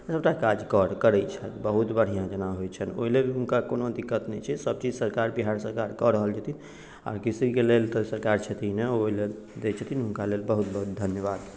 सभटा काज कर करै छथि बहुत बढ़िआँ जेना होइत छनि ओहिलेल हुनका कोनो दिक्कत नहि छै सभ चीज सरकार बिहार सरकार कऽ रहल छथिन आर कृषिके लेल तऽ सरकार छथिने आ ओहि लेल दैत छथिन हुनका लेल बहुत बहुत धन्यवाद